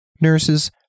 nurses